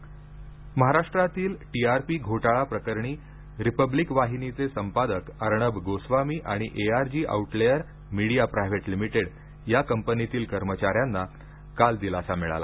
TRP महाराष्ट्रातील T R P घोटाळा प्रकरणी रिपब्लिक वाहिनीचे संपादक अर्णब गोस्वामी आणि A R G outlier media private limited कंपनीतील कर्मचाऱ्यांना काल दिलासा मिळाला